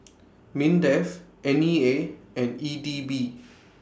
Mindef N E A and E D B